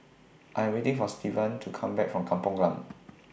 I Am waiting For Stevan to Come Back from Kampung Glam